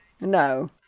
No